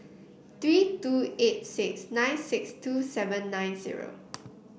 three two eight six nine six two seven nine zero